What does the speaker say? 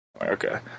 Okay